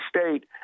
State